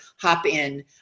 hop-in